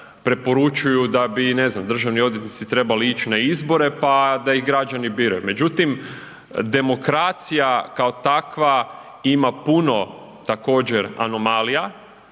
preporučuju da bi, ne znam, državni odvjetnici trebali ići na izbore pa da ih građani biraju. Međutim demokracija kao takva ima puno također anomalija,